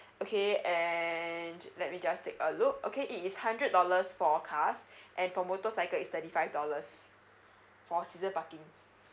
okay and let me just take a look okay it is hundred dollars for cars and for motorcycle is thirty five dollars for season parking